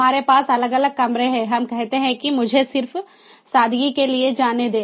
हमारे पास अलग अलग कमरे हैं हम कहते हैं कि मुझे सिर्फ सादगी के लिए जाने दें